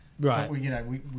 right